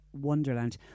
wonderland